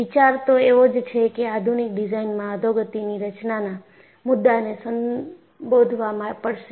વિચાર તો એવો જ છે કે આધુનિક ડિઝાઇનમાં અધોગતિની રચનાના મુદ્દાને સંબોધવા પડશે